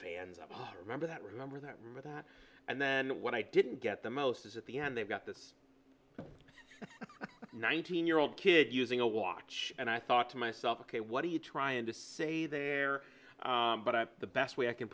all remember that remember that rumor that and then what i didn't get the most is at the end they got this nineteen year old kid using a watch and i thought to myself ok what are you trying to say there but the best way i can